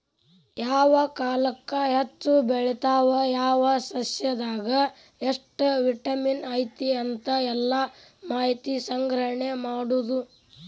ಯಾವ ಕಾಲಕ್ಕ ಹೆಚ್ಚ ಬೆಳಿತಾವ ಯಾವ ಸಸ್ಯದಾಗ ಎಷ್ಟ ವಿಟಮಿನ್ ಐತಿ ಅಂತ ಎಲ್ಲಾ ಮಾಹಿತಿ ಸಂಗ್ರಹಣೆ ಮಾಡುದು